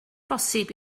bosib